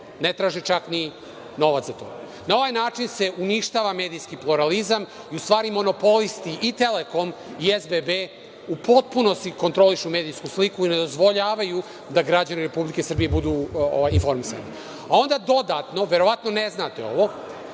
ne traži čak ni novac za to. Na ovaj način se uništava medijski pluralizam i u stvari monopolisti i „Telekom“ i SBB u potpunosti kontrolišu medijsku sliku i ne dozvoljavaju da građani Republike Srbije budu informisani. Onda dodatno, verovatno ne znate ovo,